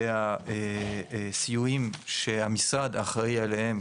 לגבי סיועים שהמשרד אחראיים אליהם,